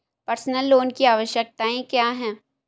Personal loan की आवश्यकताएं क्या हैं?